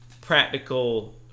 practical